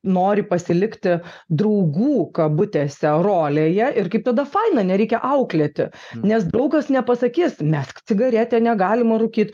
nori pasilikti draugų kabutėse rolėje ir kaip tada faina nereikia auklėti nes draugas nepasakys mesk cigaretę negalima rūkyt